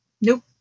Nope